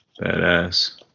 Badass